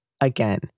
Again